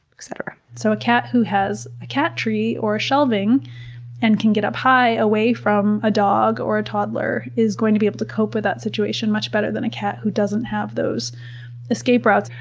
et cetera. so a a cat who has a cat tree or shelving and can get up high away from a dog or a toddler is going to be able to cope with that situation much better than a cat who doesn't have those escape routes.